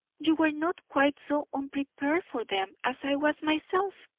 you were not quite so unprepared for them as i was myself,